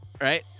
Right